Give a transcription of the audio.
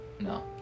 no